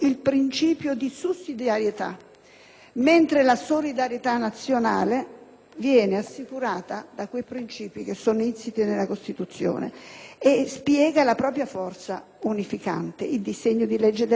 mentre la solidarietà nazionale viene assicurata da quei principi insiti nella Costituzione e spiega la propria forza unificante. Il disegno di legge delega che il Governo ha varato nasce